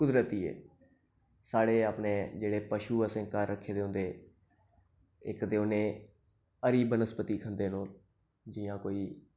कुदरती ऐ साढ़े अपने जेह्ड़े पशु असें घर रक्खे दे होंदे इक ते उ'नें हरी बनस्पति खंदे न ओह जि'यां कोई